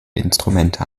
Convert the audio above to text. instrumente